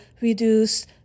reduce